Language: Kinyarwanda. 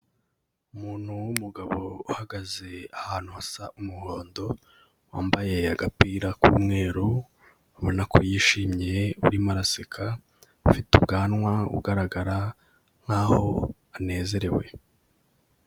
Umuntu w'umugabo uhagaze ahantu hasa umuhondo, wambaye agapira k'umweru, ubona ko yishimye urimo araseka; ufite ubwanwa, ugaragara nk'aho anezerewe.